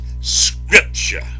scripture